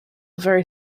very